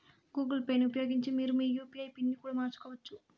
Google పేని ఉపయోగించి మీరు మీ యూ.పీ.ఐ పిన్ ని కూడా మార్చుకోవచ్చు